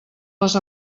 les